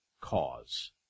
cause